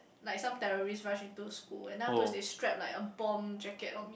like some terrorist rush into a school and then afterwards they strap like a bomb jacket on me